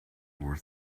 were